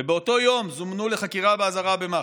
ובאותו יום זומנו לחקירה באזהרה במח"ש.